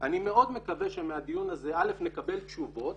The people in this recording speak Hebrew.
אני מאוד מקווה שמהדיון הזה א' נקבל תשובות